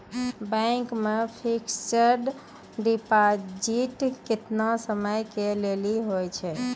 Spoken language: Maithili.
बैंक मे फिक्स्ड डिपॉजिट केतना समय के लेली होय छै?